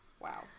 Wow